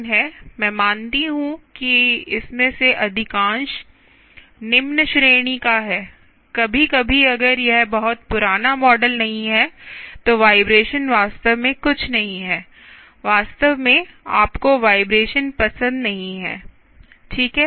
मैं मानती हूं कि इसमें से अधिकांश निम्न श्रेणी का है कभी कभी अगर यह बहुत पुराना मॉडल नहीं है तो वाइब्रेशन वास्तव में कुछ नहीं है वास्तव में आपको वाइब्रेशन पसंद नहीं है ठीक है